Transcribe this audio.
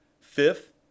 Fifth